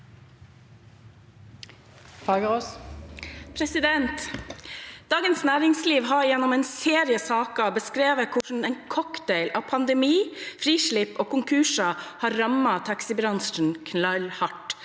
Dagens Næringsliv har gjennom en serie saker beskrevet hvordan en cocktail av pandemi, frislipp og konkurser har rammet taxibransjen knallhardt.